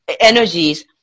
energies